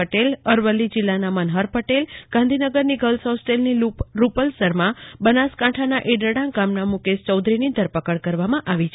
પટેલ અરવલ્લી જિલ્લાના મનહર પટેલ ગાંધીનગરની ગર્લ્સ હોસ્ટેલની રૂપલ શર્મા બનાસકાંઠાના ઈડરણા ગામના મુકેશ ચોધરીની ધરપકડ કરવામાં આવી છે